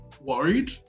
worried